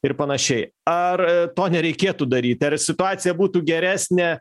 ir panašiai ar to nereikėtų daryti ar situacija būtų geresnė